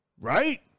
right